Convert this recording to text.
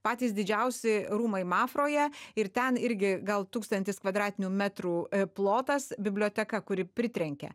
patys didžiausi rūmai mafroje ir ten irgi gal tūkstantis kvadratinių metrų plotas biblioteka kuri pritrenkia